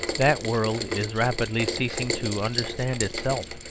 that world is rapidly ceasing to understand itself.